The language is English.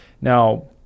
Now